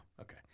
okay